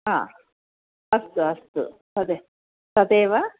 हा अस्तु अस्तु तदे तदेव